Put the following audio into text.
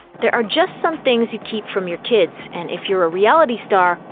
there are just some things you keep from your kids, and if you're a reality star,